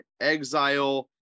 exile